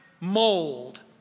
mold